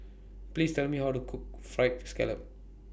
Please Tell Me How to Cook Fried Scallop